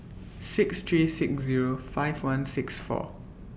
six three six Zero five one six four